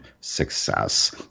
Success